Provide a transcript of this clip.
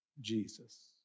Jesus